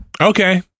Okay